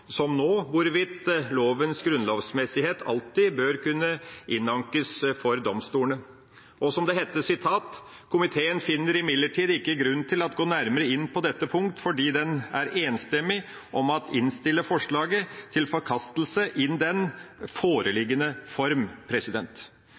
som nå – hvorvidt lovens grunnlovmessighet alltid burde kunne ankes inn for domstolene. Som det het: «Komiteen finder imidlertid ikke grund til at gaa nærmere ind paa dette punkt fordi den er enstemmig om at indstille forslaget til forkastelse i den foreliggende form.»